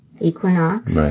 equinox